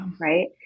right